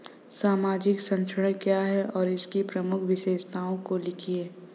सामाजिक संरक्षण क्या है और इसकी प्रमुख विशेषताओं को लिखिए?